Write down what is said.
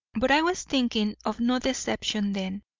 but i was thinking of no deception then.